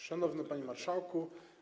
Szanowny Panie Marszałku!